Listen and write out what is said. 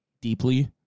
deeply